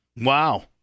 Wow